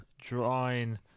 drawing